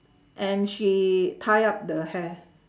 and she tie up the hair